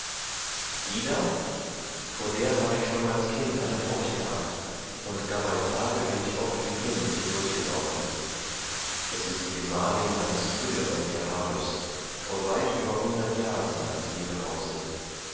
die da vor der hab ich schon als kind eine furcht gehabt und gar bei tage bin ich oft wie blind hier durchgelaufen es ist die gemahlin eines früheren gerhardus vor weit über hundert jahren hat sie hier